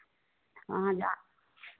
हाँ आजा